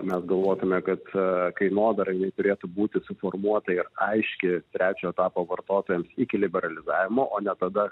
mes galvotume kad kainodara jinai turėtų būti suformuota ir aiški trečio etapo vartotojams iki liberalizavimo o ne tada